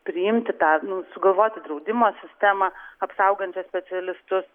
priimti tą nu sugalvoti draudimo sistemą apsaugančią specialistus